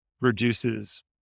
reduces